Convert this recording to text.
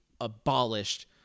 abolished